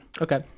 Okay